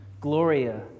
Gloria